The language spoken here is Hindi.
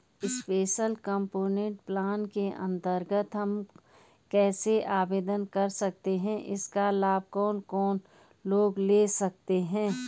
स्पेशल कम्पोनेंट प्लान के अन्तर्गत हम कैसे आवेदन कर सकते हैं इसका लाभ कौन कौन लोग ले सकते हैं?